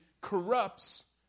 corrupts